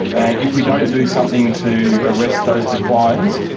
and if we don't do something to arrest those declines,